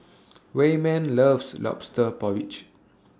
Wayman loves Lobster Porridge